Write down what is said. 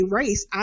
race